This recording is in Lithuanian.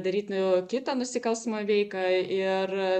daryt nu kitą nusikalstamą veiką ir